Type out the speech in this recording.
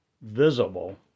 visible